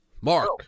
Mark